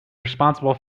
responsible